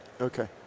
Okay